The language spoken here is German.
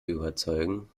überzeugen